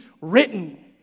written